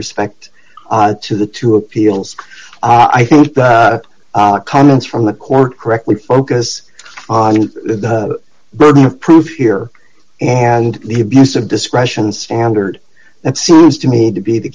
respect to the two appeals i think the comments from the court correctly focus on burden of proof here and the abuse of discretion standard that seems to me to be the